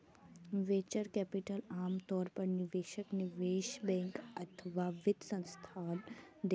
venture capital आम तौर पर निवेशक, निवेश बैंक अथवा वित्त संस्थान दै छै